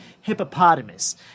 hippopotamus